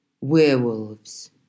werewolves